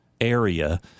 area